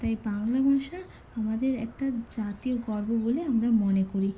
তাই বাংলা ভাষা আমাদের একটা জাতীয় গর্ব বলে আমরা মনে করি